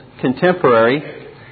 contemporary